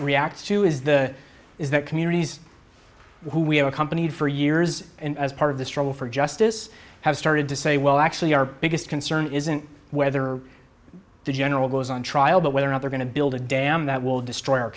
react to is the is that communities who we have accompanied for years and as part of the struggle for justice have started to say well actually our biggest concern isn't whether the general goes on trial but whether or not they're going to build a dam that will destroy our